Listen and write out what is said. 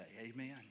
amen